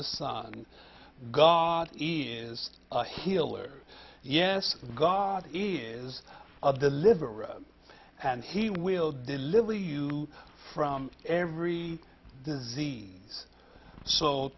the sun god is healer yes god is of the liver and he will deliver you from every disease